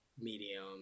medium